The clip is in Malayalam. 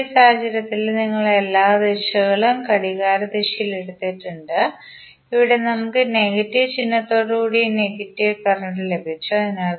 ഇപ്പോൾ ഈ സാഹചര്യത്തിൽ നിങ്ങൾ എല്ലാ ദിശകളും ഘടികാരദിശയിൽ എടുത്തിട്ടുണ്ട് ഇവിടെ നമുക്ക് നെഗറ്റീവ് ചിഹ്നത്തോടുകൂടിയ നെഗറ്റീവ് കറന്റ് ലഭിച്ചു